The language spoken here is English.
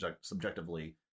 subjectively